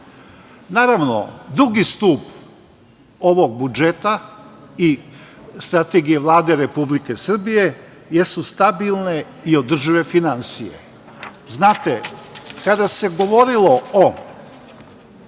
očekuje. Naravno, drugi stub ovog budžeta i strategije Vlade Republike Srbije jesu stabilne i održive finansije. Znate, kada se govorilo o